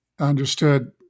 understood